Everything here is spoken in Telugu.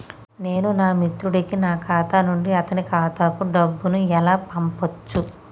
నేను నా మిత్రుడి కి నా ఖాతా నుండి అతని ఖాతా కు డబ్బు ను ఎలా పంపచ్చు?